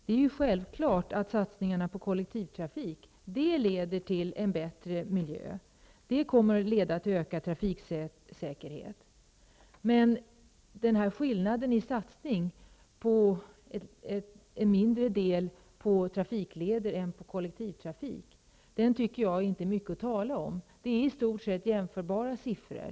Det är självklart att satsningarna på kollektivtrafik leder till bättre miljö och ökad trafiksäkerhet. Men skillnaden i satsning, med en mindre summa för trafikleder än för kollektivtrafik, är inte mycket att tala om. Det är fråga om i stort sett jämförbara siffror.